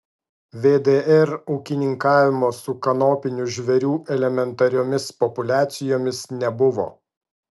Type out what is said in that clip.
vdr ūkininkavimo su kanopinių žvėrių elementariomis populiacijomis nebuvo